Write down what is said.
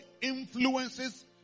influences